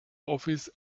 office